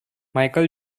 michael